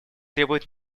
требует